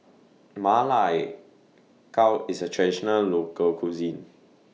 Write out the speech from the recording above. Ma Lai Gao IS A Traditional Local Cuisine